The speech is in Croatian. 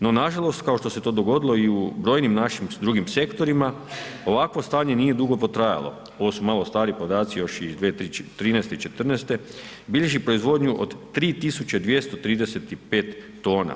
No nažalost kao što ste to dogodilo i u brojnim našim drugim sektorima ovakvo stanje nije dugo potrajalo, ovo su malo stariji podaci još iz 2013., i '14.-te bilježi proizvodnju od 3235 tona.